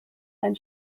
ein